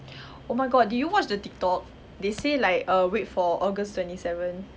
oh my god did you watch the tiktok they say like err wait for august twenty seventh